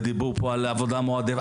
ודיברו פה על עבודה מועדפת,